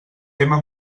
tema